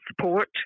support